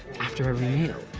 after every meal?